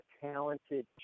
talented